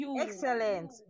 Excellent